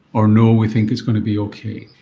or no, we think it's going to be okay?